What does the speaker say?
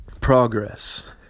progress